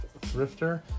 Thrifter